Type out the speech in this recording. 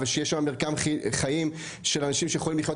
ושיש שם מרקם חיים של אנשים שיכולים לחיות